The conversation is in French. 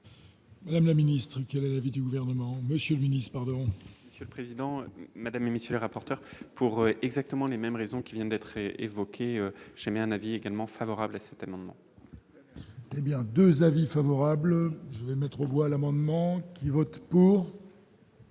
Madame la ministre, elle avait du gouvernement unissent pardon. Président, mesdames et messieurs les rapporteurs pour exactement les mêmes raisons, qui vient d'être évoqué, j'ai un avis également favorable à cet amendement. Eh bien, 2 avis favorables, je vais mettre aux voix l'amendement qui vote pour.